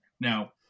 Now